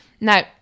Now